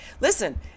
listen